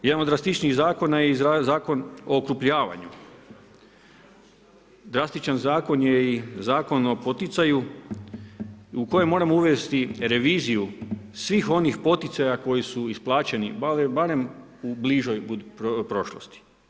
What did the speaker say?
Jedan od drastičnijih zakona je i Zakon o okrupnjavanju, drastičan zakon je i Zakon o poticaju u koji moramo uvesti reviziju svih onih poticaja koji su isplaćeni barem u bližoj prošlosti.